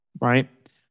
right